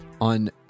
on